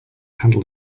handle